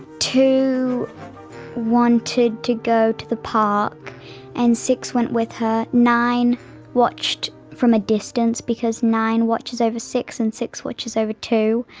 two wanted to go to the park and six went with her nine watched from a distance because nine watches over six and six watches over two.